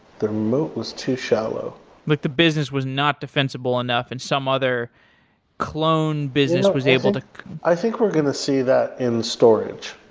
their moat was too shallow like the business was not defensible enough and some other cloned business was able to i think we're going to see that in storage,